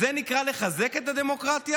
אז זה נקרא לחזק את הדמוקרטיה?